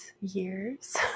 years